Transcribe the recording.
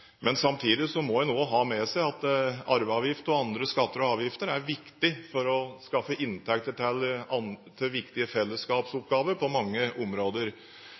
Men samtidig må en også ha med seg at arveavgift og andre skatter og avgifter er viktige for å skaffe inntekter til viktige fellesskapsoppgaver på mange områder.